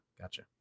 Gotcha